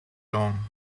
long